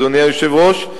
אדוני היושב-ראש,